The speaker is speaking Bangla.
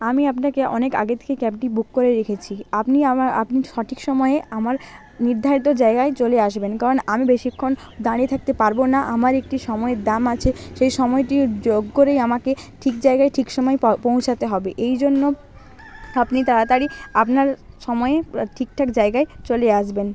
আমি আপনাকে অনেক আগে থেকেই ক্যাবটি বুক করে রেখেছি আপনি আমার আপনি সঠিক সময়ে আমার নির্ধারিত জায়গায় চলে আসবেন কারণ আমি বেশিক্ষণ দাঁড়িয়ে থাকতে পারবো না আমার একটি সময়ের দাম আছে সেই সময়টি যোগ করেই আমাকে ঠিক জায়গায় ঠিক সময় পৌঁছাতে হবে এই জন্য আপনি তাড়াতাড়ি আপনার সময়ে ঠিকঠাক জায়গায় চলে আসবেন